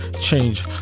change